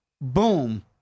boom